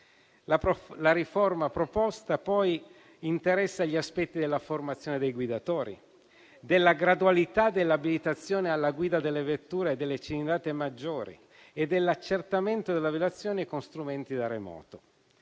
La riforma proposta poi interessa gli aspetti della formazione dei guidatori, della gradualità dell'abilitazione alla guida delle vetture e delle cilindrate maggiori e dell'accertamento della violazione con strumenti da remoto.